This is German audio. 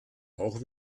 auch